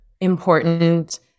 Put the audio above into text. important